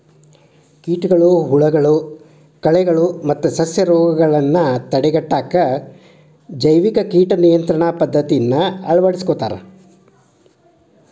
ಕೇಟಗಳು, ಹುಳಗಳು, ಕಳೆಗಳು ಮತ್ತ ಸಸ್ಯರೋಗಗಳನ್ನ ತಡೆಗಟ್ಟಾಕ ಜೈವಿಕ ಕೇಟ ನಿಯಂತ್ರಣ ಪದ್ದತಿಯನ್ನ ಅಳವಡಿಸ್ಕೊತಾರ